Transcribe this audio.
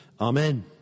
Amen